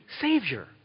Savior